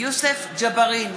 יוסף ג'בארין,